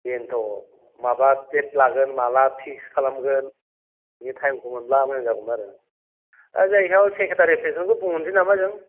बेनथ' माब्ला डेट लागोन माब्ला फिक्स खालामगोन बिनि टाइमखौ मोनब्ला मोजां जागौमोन आरो दा जायहक सेक्रेटारि प्रेसिडेन्टखौ बुंहरनोसै नामा जों